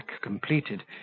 completed